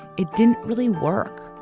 it didn't really work.